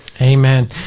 Amen